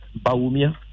Baumia